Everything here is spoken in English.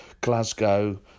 Glasgow